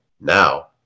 now